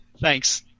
Thanks